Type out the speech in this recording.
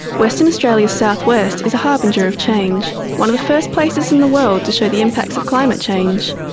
western australia's south-west is a harbinger of change, one of the first places in the world to show the impacts of climate change.